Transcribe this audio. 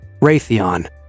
Raytheon